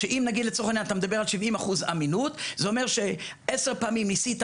שאם נגיד לצורך העניין אתה מדבר על 70% אמינות זה אומר שעשר פעמים ניסית